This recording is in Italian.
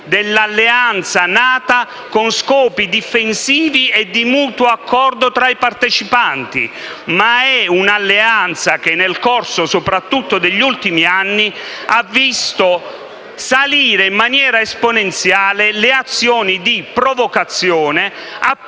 di un'alleanza nata con scopi difensivi e di mutuo accordo tra i partecipanti, bensì di un'alleanza che, soprattutto nel corso degli ultimi anni, ha visto salire in maniera esponenziale le azioni di provocazione, a